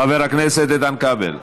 חבר הכנסת איתן כבל,